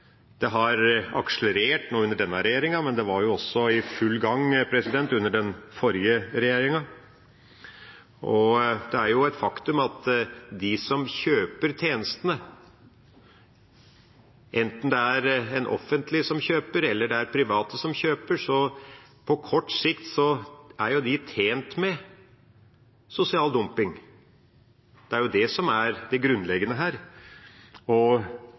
Det har akselerert under denne regjeringa, men det var i full gang også under den forrige regjeringa. Det er et faktum at de som kjøper tjenestene, enten det er offentlige som kjøper, eller det er private som kjøper, på kort sikt er tjent med sosial dumping – det er det som er det grunnleggende her.